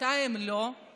אבל מתי הם לא רצויים?